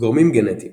גורמים גנטיים